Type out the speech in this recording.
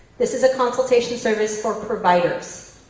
this is a consultation service for providers.